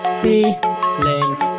feelings